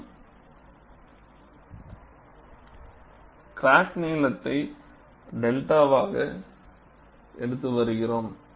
நாம் கிராக்நீளத்தை பிளஸ் 𝚫வாக எடுத்து வருகிறோம்